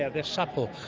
ah they're supple.